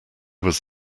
was